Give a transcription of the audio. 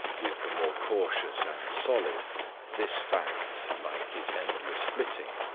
with the more cautious and solid this fact, like his endless flitting,